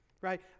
right